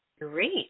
Great